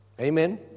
Amen